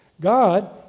God